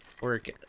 work